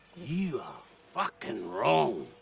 you are fucken' wrong!